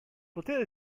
potere